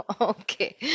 Okay